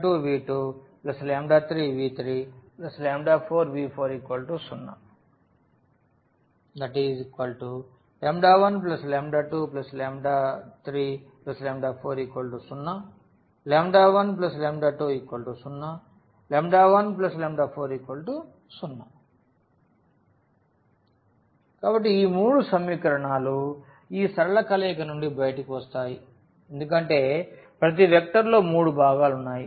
1234 012 014 0 కాబట్టి ఈ మూడు సమీకరణాలు ఈ సరళ కలయిక నుండి బయటకు వస్తాయి ఎందుకంటే ప్రతి వెక్టర్ లో మూడు భాగాలు ఉన్నాయి